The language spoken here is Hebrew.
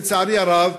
לצערי הרב,